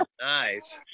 Nice